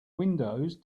windows